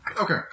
Okay